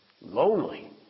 Lonely